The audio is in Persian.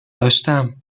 داشتم